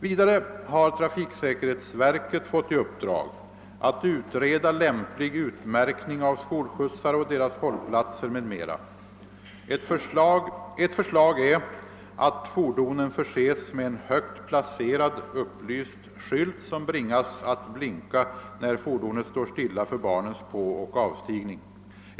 Vidare har trafiksäkerhetsverkei fält i uppdrag att utreda lämplig utmärkning av skolskjutsar och deras hållplatser m.m. Ett förslag är att fordonen förses med en högt placerad upplyst skylt som bringas att blinka när fordonet står stilla för barnens påoch avstigning.